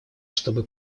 чтобы